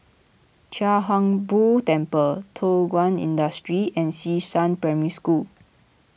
Chia Hung Boo Temple Thow Kwang Industry and Xishan Primary School